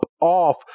off